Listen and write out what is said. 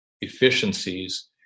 efficiencies